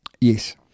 Yes